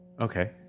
Okay